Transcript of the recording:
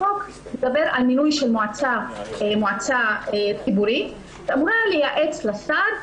החוק מדבר על מינוי של מועצה ציבורית שאמורה לייעץ לשר,